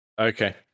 Okay